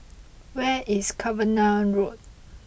where is Cavenagh Road